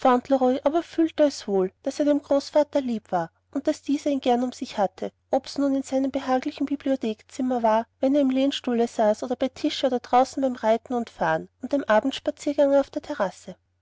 aber fühlte es wohl daß er dem großvater lieb war und daß dieser ihn gern um sich hatte ob's nun in seinem behaglichen bibliothekzimmer war wenn er im lehnstuhle saß oder bei tische oder draußen beim reiten und fahren und dem abendspaziergange auf der terrasse